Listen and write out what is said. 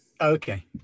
Okay